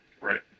Right